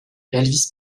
elvis